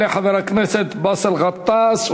יעלה חבר הכנסת באסל גטאס,